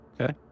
Okay